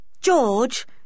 George